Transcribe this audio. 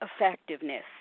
effectiveness